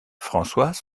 françois